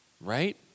right